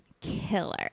killer